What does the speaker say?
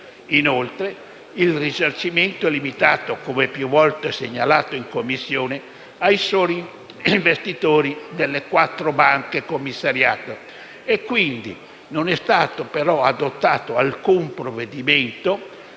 Inoltre, il risarcimento è limitato - come più volte segnalato in Commissione - ai soli investitori delle quattro banche commissariate e, quindi, non è stato adottato alcun provvedimento